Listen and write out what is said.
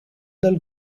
dal